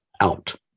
out